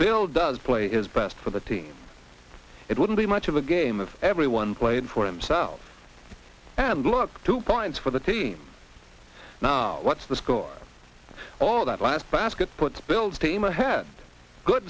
bill does play is best for the team it wouldn't be much of a game of ever one playing for himself and look two points for the team now what's the score all that last basket put the bills team ahead good